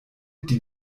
die